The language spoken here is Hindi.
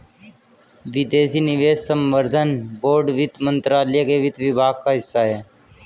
विदेशी निवेश संवर्धन बोर्ड वित्त मंत्रालय के वित्त विभाग का हिस्सा है